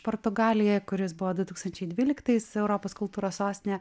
portugalijoj kuris buvo du tūkstančiai dvyliktais europos kultūros sostinė